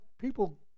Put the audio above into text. people